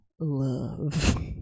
love